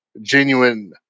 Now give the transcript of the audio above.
genuine